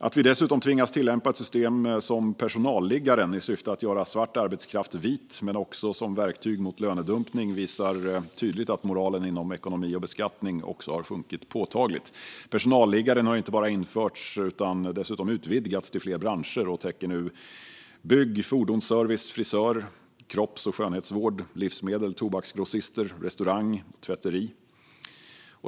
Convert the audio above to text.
Att vi dessutom tvingas tillämpa ett system som personalliggaren i syfte att göra svart arbetskraft vit, men också som verktyg mot lönedumpning, visar tydligt att moralen inom ekonomi och beskattning också har sjunkit påtagligt. Personalliggaren har inte bara införts utan dessutom utvidgats till fler branscher och täcker nu bygg, fordonsservice, frisör, kropps och skönhetsvård, livsmedel, tobaksgrossister, restaurang och tvätteri.